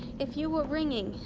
if you were ringing,